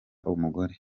umugore